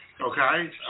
okay